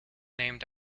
named